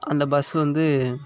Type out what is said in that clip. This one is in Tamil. அந்த பஸ் வந்து